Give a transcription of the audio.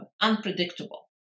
unpredictable